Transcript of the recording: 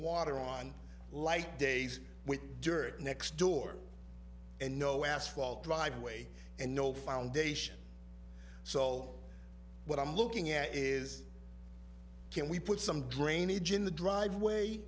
water on light days with dirt next door and no asphalt driveway and no foundation so what i'm looking at is can we put some drainage in the driveway